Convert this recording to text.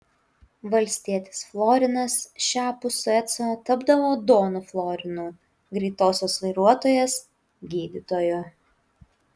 valstietis florinas šiapus sueco tapdavo donu florinu greitosios vairuotojas gydytoju